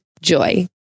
JOY